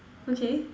okay